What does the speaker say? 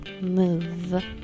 move